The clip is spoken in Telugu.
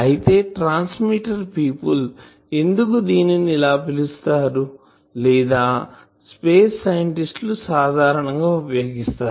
అయితే ట్రాన్స్మిటర్ పీపుల్ ఎందుకు దీనిని ఇలా పిలుస్తారు లేదా స్పేస్ సైంటిస్ట్ లు సాధారణం గా ఉపయోగిస్తారు